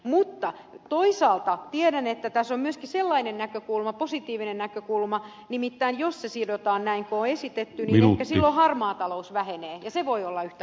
mutta toisaalta tiedän että tässä on myöskin positiivinen näkökulma nimittäin että jos se sidotaan näin kuin on esitetty ehkä silloin harmaa talous vähenee ja se voi olla yhtä hyvä argumentti